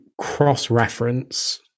cross-reference